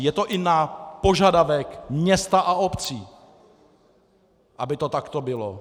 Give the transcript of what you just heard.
Je to i na požadavek měst a obcí, aby to takto bylo.